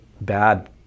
bad